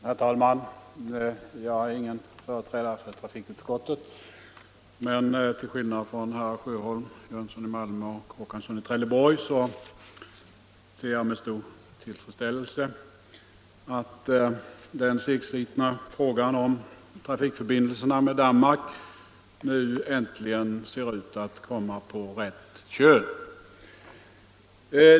Herr talman! Jag är ingen företrädare för trafikutskottet, men till skillnad från herrar Sjöholm, Jönsson i Malmö och Håkansson i Trelleborg 91 ser jag med stor tillfredsställelse att den segslitna frågan om trafikförbindelserna med Danmark nu äntligen ser ut att komma på rätt köl.